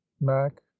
mac